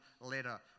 later